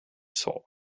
saw